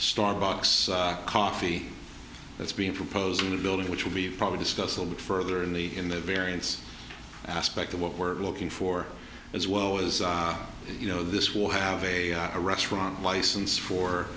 starbucks coffee that's being proposed in the building which will be probably discussed a lot further in the in the variance aspect of what we're looking for as well as you know this will have a restaurant license for